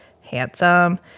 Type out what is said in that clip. handsome